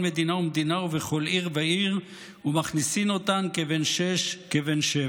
מדינה ומדינה ובכל עיר ועיר ומכניסין אותן כבן שש כבן שבע".